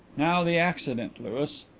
now the accident, louis.